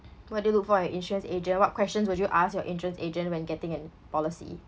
what do you look for in insurance agent what questions would you ask your insurance agent when getting an policy